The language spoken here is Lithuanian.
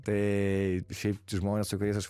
tai šiaip žmonės su kuriais aš